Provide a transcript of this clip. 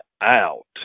out